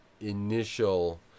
initial